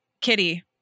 Kitty